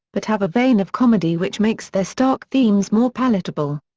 but have a vein of comedy which makes their stark themes more palatable.